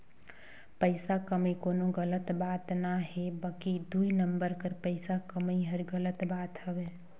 पइसा कमई कोनो गलत बात ना हे बकि दुई नंबर कर पइसा कमई हर गलत बात हवे